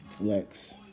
Lex